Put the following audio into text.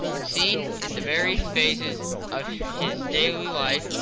seen in the various phases of his daily life,